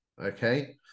okay